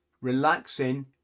relaxing